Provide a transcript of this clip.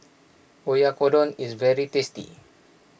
Oyakodon is very tasty